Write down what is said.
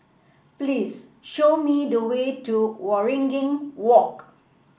please show me the way to Waringin Walk